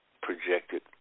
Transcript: projected